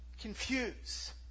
confuse